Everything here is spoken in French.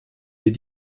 est